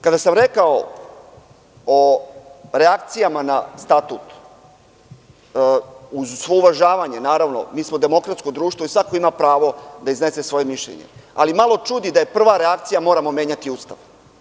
Kada sam rekao o reakcijama na Statut, uz svo uvažavanje, mi smo demokratsko društvo i svako ima prvo da iznese svoje mišljenje, ali malo čudi da je prva reakcija – moramo menjati Ustav.